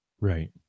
Right